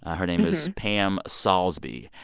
ah her name is pam saulsby.